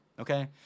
Okay